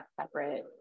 separate